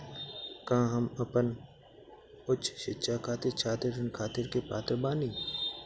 का हम अपन उच्च शिक्षा खातिर छात्र ऋण खातिर के पात्र बानी?